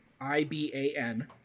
I-B-A-N